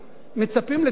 מצפים לתקווה.